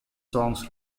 songs